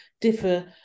differ